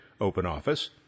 OpenOffice